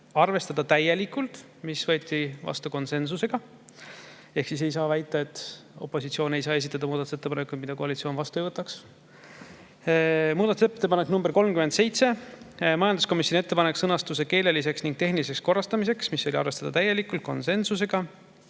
arvestada täielikult, võeti vastu konsensusega. Ehk siis ei saa väita, et opositsioonil ei [tasu] esitada muudatusettepanekuid, sest koalitsioon ei võta neid vastu. Muudatusettepanek nr 37, majanduskomisjoni ettepanek sõnastuse keeleliseks ning tehniliseks korrastamiseks – arvestada täielikult, konsensusega.